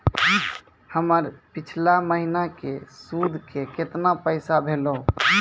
हमर पिछला महीने के सुध के केतना पैसा भेलौ?